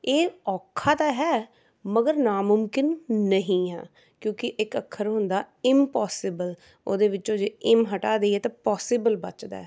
ਇਹ ਔਖਾ ਤਾਂ ਹੈ ਮਗਰ ਨਾ ਮੁਮਕਿਨ ਨਹੀਂ ਹੈ ਕਿਉਂਕਿ ਇੱਕ ਅੱਖਰ ਹੁੰਦਾ ਇਮਪੋਸੀਬਲ ਉਹਦੇ ਵਿੱਚੋਂ ਜੇ ਇਮ ਹਟਾ ਦਈਏ ਤਾਂ ਪੋਸੀਬਲ ਬਚਦਾ ਹੈ